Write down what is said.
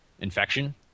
infection